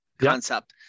concept